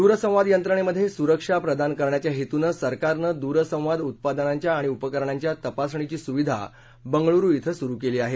दूरसंवाद यंत्रणेमधे सुरक्षा प्रदान करण्याच्या हेतूनं सरकारने दूरसंवाद उत्पादनाच्या आणि उपकरणांच्या तपासणीची सुविधा बेंगळुरु इथं सुरु केली आहे